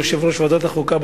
יושב-ראש ועדת החוקה,